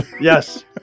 Yes